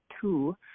two